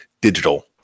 digital